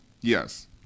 Yes